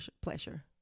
pleasure